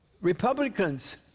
Republicans